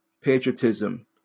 patriotism